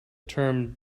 term